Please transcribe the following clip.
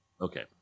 Okay